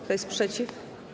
Kto jest przeciw?